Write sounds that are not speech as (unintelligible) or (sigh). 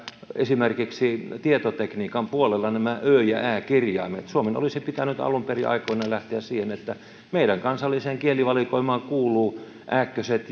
esimerkiksi tietotekniikan puolella nämä ö ja ä kirjaimet suomen olisi pitänyt alun perin aikoinaan lähteä siihen että meidän kansalliseen kielivalikoimaamme kuuluvat ääkköset (unintelligible)